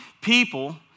people